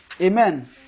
Amen